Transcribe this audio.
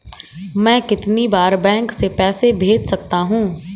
मैं कितनी बार बैंक से पैसे भेज सकता हूँ?